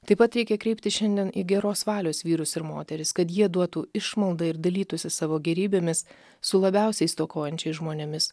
taip pat reikia kreiptis šiandien į geros valios vyrus ir moteris kad jie duotų išmaldą ir dalytųsi savo gėrybėmis su labiausiai stokojančiais žmonėmis